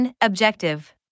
Objective